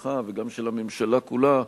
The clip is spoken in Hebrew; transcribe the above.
שלך וגם של הממשלה כולה,